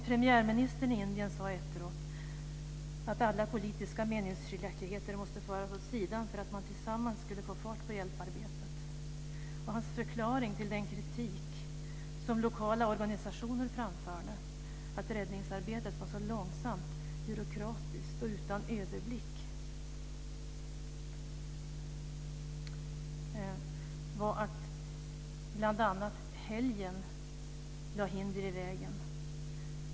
Premiärministern i Indien sade efteråt att alla politiska meningsskiljaktigheter måste föras åt sidan för att man tillsammans skulle få fart på hjälparbetet. Hans förklaring när lokala organisationer framförde kritik mot att räddningsarbetet var så långsamt, byråkratiskt och utan överblick var bl.a. att helgen lade hinder i vägen.